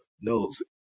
knows